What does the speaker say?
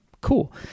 cool